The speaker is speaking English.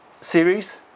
series